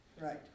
Right